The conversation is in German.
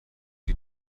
die